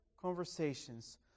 conversations